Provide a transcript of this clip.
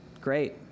Great